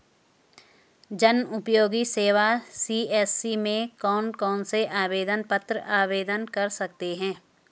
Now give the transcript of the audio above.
जनउपयोगी सेवा सी.एस.सी में कौन कौनसे आवेदन पत्र आवेदन कर सकते हैं?